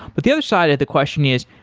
but the other side of the question is,